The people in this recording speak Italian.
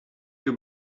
più